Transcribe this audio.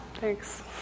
thanks